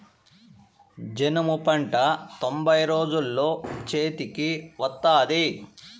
జనుము పంట తొంభై రోజుల్లో చేతికి వత్తాది